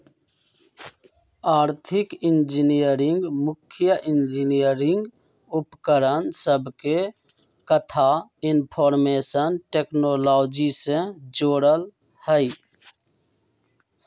आर्थिक इंजीनियरिंग मुख्य इंजीनियरिंग उपकरण सभके कथा इनफार्मेशन टेक्नोलॉजी से जोड़ल हइ